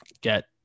get